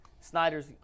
Snyder's